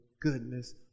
goodness